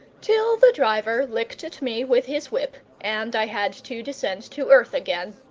till the driver licked at me with his whip, and i had to descend to earth again.